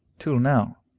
till now,